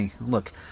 look